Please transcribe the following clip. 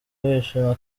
bishima